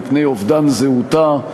מפני אובדן זהותה,